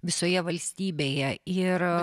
visoje valstybėje ir